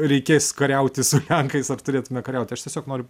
reikės kariauti su lenkais ar turėtume kariauti aš tiesiog noriu